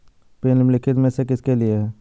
Pin निम्नलिखित में से किसके लिए है?